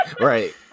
Right